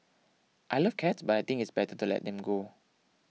I love cats but I think it's better to let them go